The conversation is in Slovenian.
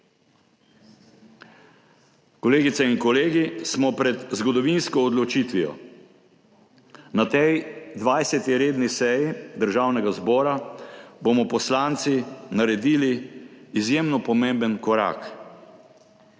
Kolegice in kolegi! Smo pred zgodovinsko odločitvijo. Na tej 20. redni seji Državnega zbora bomo poslanci naredili izjemno pomemben korak